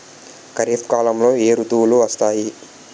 ఖరిఫ్ కాలంలో ఏ ఋతువులు వస్తాయి?